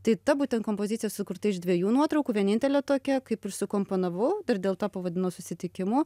tai ta būtent kompozicija sukurta iš dviejų nuotraukų vienintelė tokia kaip ir sukomponavau dar dėl to pavadino susitikimu